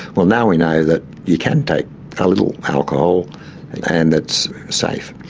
well, now we know that you can take a little alcohol and it's safe.